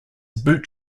boot